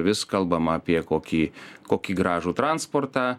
vis kalbam apie kokį kokį gražų transportą